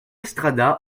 strada